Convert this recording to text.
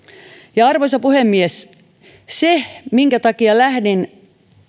arvoisa puhemies syy minkä takia lähdin